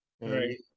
Right